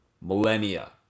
millennia